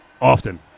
often